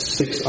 six